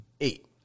Eight